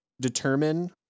determine